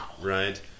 Right